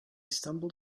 stumbled